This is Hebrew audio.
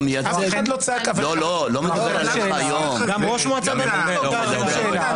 גם ראש מועצה דתית לא גר.